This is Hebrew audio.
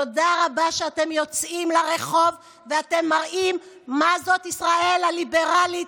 תודה רבה שאתם יוצאים לרחוב ואתם מראים מה זה ישראל הליברלית,